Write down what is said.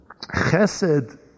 chesed